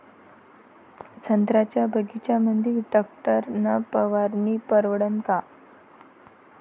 संत्र्याच्या बगीच्यामंदी टॅक्टर न फवारनी परवडन का?